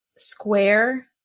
square